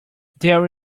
there